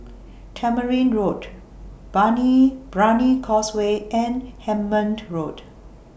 Tamarind Road Brani Causeway and Hemmant Road